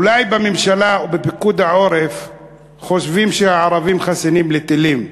אולי בממשלה או בפיקוד העורף חושבים שהערבים חסינים מפני טילים,